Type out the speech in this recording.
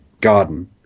garden